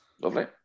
Lovely